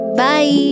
bye